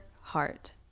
heart